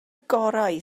gorau